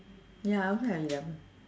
ya I also have eleven